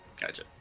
Gotcha